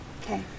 okay